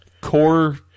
core